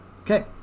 Okay